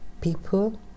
people